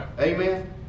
Amen